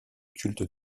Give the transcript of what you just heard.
culte